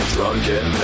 Drunken